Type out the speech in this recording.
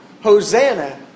Hosanna